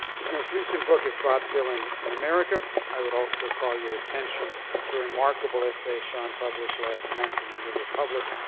his most recent book is bob dylan in america. i would also call your attention to a remarkable essay sean published last month in the new republic,